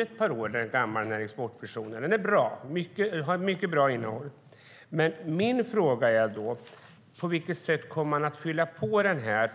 ett par år gammal nu. Den är bra. Den har ett mycket bra innehåll, men min fråga gäller på vilket sätt man kommer att fylla på den.